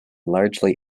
largely